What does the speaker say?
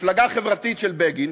המפלגה החברתית של בגין,